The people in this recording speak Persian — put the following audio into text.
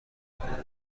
کنه